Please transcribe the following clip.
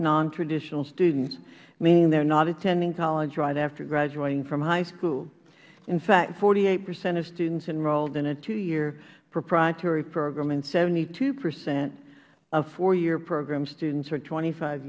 nontraditional students meaning they are not attending college right after graduating from high school in fact forty eight percent of students enrolled in a two year proprietary program and seventy two percent of four year program students are twenty five